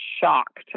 shocked